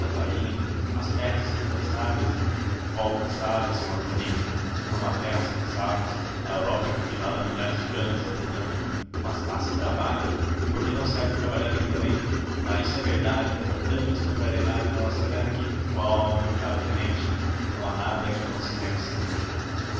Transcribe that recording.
farinha as terras estão cansadas e qual cansadas seu antonino não há terras cansadas a europa é cultivada há milhares de anos entretanto mas lá se trabalha por que não se há de trabalhar aqui também lá isso é verdade mas há tantas contrariedades na nossa terra que qual meu caro tenente não há nada que não se vença